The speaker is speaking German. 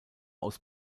aus